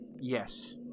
Yes